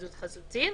הפלילי,